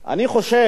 אני חושב,